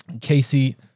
Casey